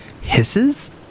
hisses